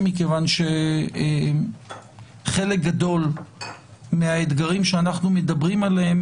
מכיוון שחלק גדול מהאתגרים שאנחנו מדברים עליהם,